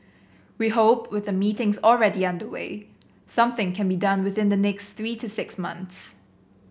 we hope with the meetings already underway something can be done within the next three to six months